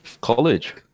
college